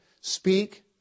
speak